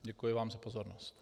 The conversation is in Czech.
Děkuji vám za pozornost.